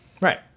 Right